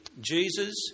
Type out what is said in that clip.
Jesus